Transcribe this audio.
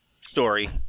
story